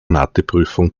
matheprüfung